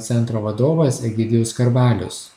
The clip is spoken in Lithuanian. centro vadovas egidijus skarbalius